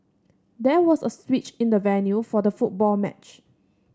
there was a switch in the venue for the football match